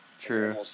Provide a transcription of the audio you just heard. True